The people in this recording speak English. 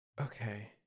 Okay